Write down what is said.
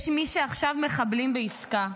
יש מי שעכשיו מחבלים בעסקה.